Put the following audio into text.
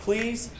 Please